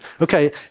Okay